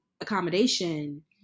accommodation